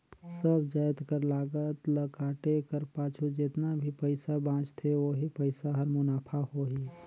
सब जाएत कर लागत ल काटे कर पाछू जेतना भी पइसा बांचथे ओही पइसा हर मुनाफा होही